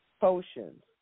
potions